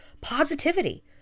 positivity